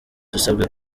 dusabwa